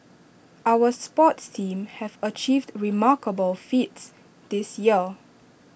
our sports teams have achieved remarkable feats this year